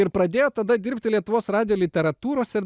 ir pradėjot tada dirbti lietuvos radijo literatūros ir